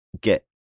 get